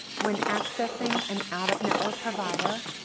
when accessing an out-of-network provider,